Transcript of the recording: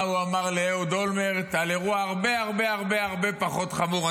מה הוא אמר לאהוד אולמרט על אירוע הרבה הרבה הרבה פחות חמור.